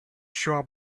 saw